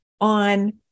on